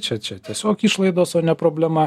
čia čia tiesiog išlaidos o ne problema